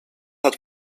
hat